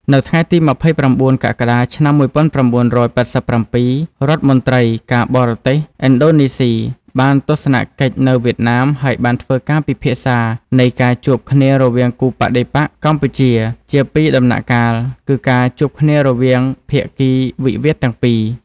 នៅថ្ងៃទី២៩ កក្កដា ឆ្នាំ ១៩៨៧ រដ្ឋមន្ត្រី ការបរទេស ឥណ្ឌូណេ ស៊ី បានទស្សនកិច្ចនៅវៀតណាម ហើយបានធ្វើការពិភាក្សានៃការ ជួបគ្នារវាងគូបដិបក្ខ (កម្ពុជា) ជាពីរដំណាក់កាលគឺការជួបគ្នារវាងភាគីវិវាទទាំងពីរ។